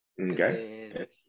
Okay